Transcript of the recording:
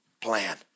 plan